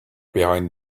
behind